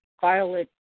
violet